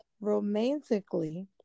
romantically